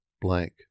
blank